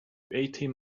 eighteen